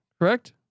Correct